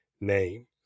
name